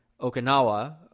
Okinawa